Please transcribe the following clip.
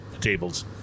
Tables